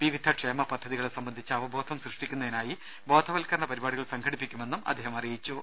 വിവിധ ക്ഷേമ പദ്ധതികളെ സംബന്ധിച്ച അവബോധം സൃഷ്ടിക്കുന്നതിനായി ബോധവത്ക രണ പരിപാടികൾ സംഘടിപ്പിക്കുമെന്നും അദ്ദേഹം അറിയിച്ചു